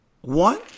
One